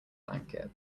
blanket